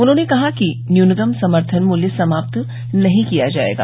उन्होंने कहा कि न्यूनतम समर्थन मूल्य समाप्त नहीं किया जायेगा